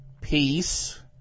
peace